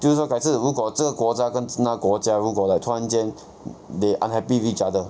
就是说该次如果这个国家跟那个国家如果 like 突然间 they unhappy with each other